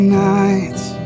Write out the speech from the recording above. nights